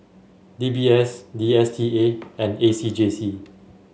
D B S D S T A and A C J C